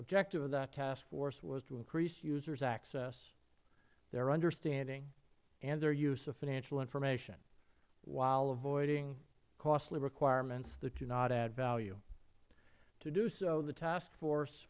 objective of that task force was to increase users access their understanding and their use of financial information while avoiding costly requirements that do not add value to do so the task force